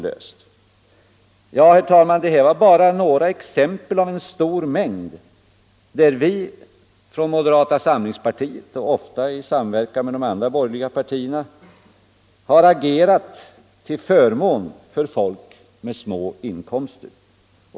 Detta, herr talman, var bara några exempel ur en stor mängd frågor, där vi från moderata samlingspartiet, ofta i samverkan med övriga borgerliga partier, har agerat till förmån för människor med små inkomster.